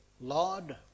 Lord